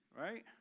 right